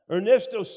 Ernesto